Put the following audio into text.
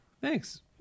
Thanks